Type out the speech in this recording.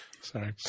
sorry